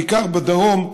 בעיקר בדרום,